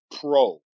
pro